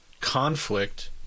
conflict